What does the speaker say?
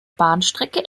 bahnstrecke